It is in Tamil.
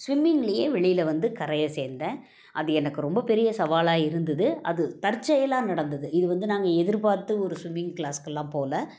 ஸ்விம்மிங்கிலியே வெளியில வந்து கரையை சேர்ந்தேன் அது எனக்கு ரொம்ப பெரிய சவாலாக இருந்துது அது தற்செயலாக நடந்துது இது வந்து நாங்கள் எதிர்பார்த்து ஒரு ஸ்விம்மிங் க்ளாஸ்க்கெல்லாம் போல்